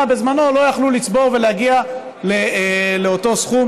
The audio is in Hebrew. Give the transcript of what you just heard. בזמנו לא יכלו לצבור ולהגיע לאותו סכום.